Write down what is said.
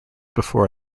before